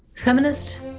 Feminist